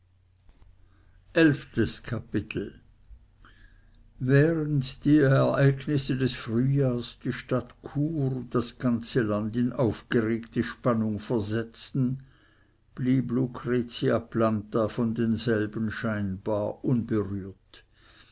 elftes kapitel während die ereignisse des frühjahrs die stadt chur und das ganze land in aufgeregte spannung versetzten blieb lucretia planta von denselben scheinbar unberührt